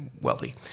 wealthy